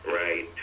right